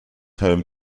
home